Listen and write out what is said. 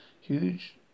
huge